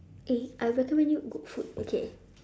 eh I recommend you good food okay